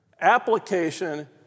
Application